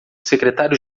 secretário